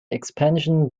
expansion